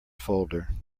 folder